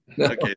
Okay